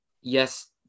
yes